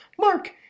Mark